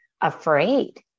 afraid